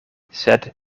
sed